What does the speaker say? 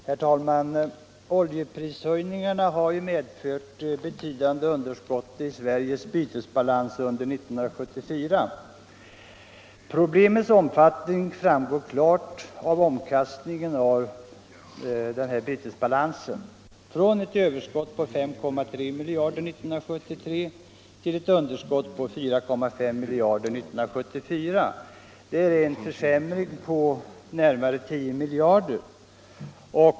Herr talman! Oljeprishöjningarna har medfört betydande underskott i Sveriges bytesbalans under 1974. Problemets omfattning framgår klart av omkastningen av vår bytesbalans från ett överskott på 5,3 miljarder 1973 till ett underskott på 4,5 miljarder 1974, en försämring på närmare 10 miljarder.